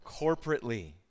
corporately